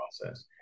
process